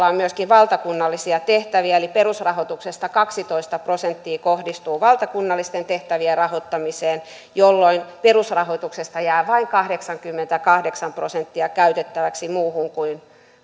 on myöskin valtakunnallisia tehtäviä eli perusrahoituksesta kaksitoista prosenttia kohdistuu valtakunnallisten tehtävien rahoittamiseen jolloin perusrahoituksesta jää vain kahdeksankymmentäkahdeksan prosenttia käytettäväksi muuhun kuin